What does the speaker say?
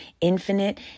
infinite